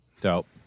Dope